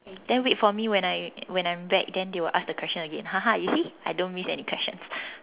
then wait for me when I when I'm back then they will ask the question again you see I don't miss any questions